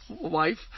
wife